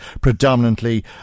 predominantly